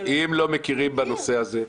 אם לא מכירים בנושא הזה,